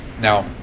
Now